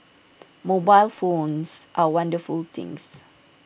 mobile phones are wonderful things